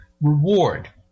reward